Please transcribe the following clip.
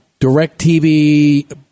DirecTV